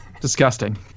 Disgusting